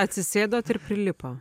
atsisėdot ir prilipo